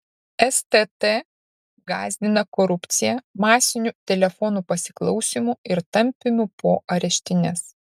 stt gąsdina korupcija masiniu telefonų pasiklausymu ir tampymu po areštines